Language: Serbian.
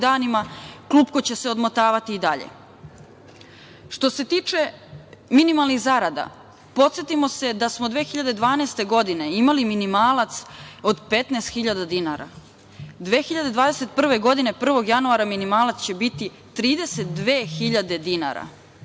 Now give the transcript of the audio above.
danima, klupko će se odmotavati i dalje. Što se tiče minimalnih zarada, podsetimo se da smo 2012. godine imali minimalac od 15.000 dinara. Godine 2021. dana 1. januara minimalac će biti 32.000 dinara,